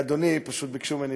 אדוני, פשוט ביקשו ממני,